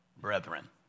brethren